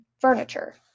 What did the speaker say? furniture